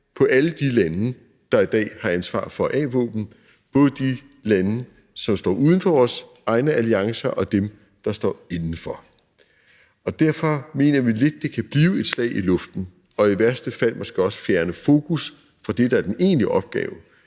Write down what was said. på alle de lande, der i dag har ansvar for a-våben, både de lande, som står uden for vores egne alliancer, og dem, der står indenfor. Derfor mener vi lidt, at det kan blive et slag i luften og i værste fald måske også fjerne fokus fra det, der er den egentlige opgave,